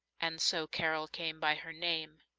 and so carol came by her name.